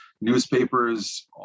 newspapers